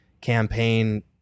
campaign